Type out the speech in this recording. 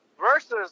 versus